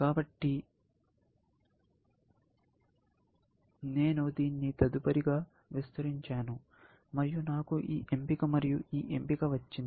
కాబట్టి నేను దీని తదుపరి గా విస్తరించాను మరియు నాకు ఈ ఎంపిక మరియు ఈ ఎంపిక వచ్చింది